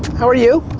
how are you?